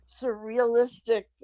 surrealistic